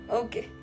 okay